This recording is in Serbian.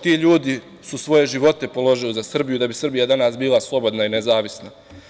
Ti ljudi su svoje živote položili za Srbiju, da bi Srbija danas bila slobodna i nezavisna.